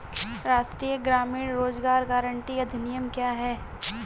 राष्ट्रीय ग्रामीण रोज़गार गारंटी अधिनियम क्या है?